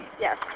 Yes